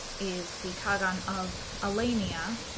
is the qaghan of alania,